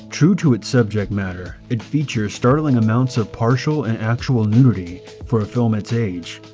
true to its subject matter, it features startling amounts of partial and actual nudity for a film its age,